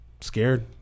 scared